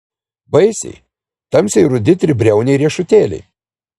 vaisiai tamsiai rudi tribriauniai riešutėliai